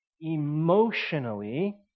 emotionally